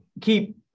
keep